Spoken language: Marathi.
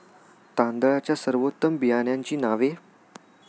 तांदळाच्या सर्वोत्तम बियाण्यांची नावे?